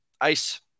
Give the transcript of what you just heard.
ice